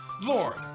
Lord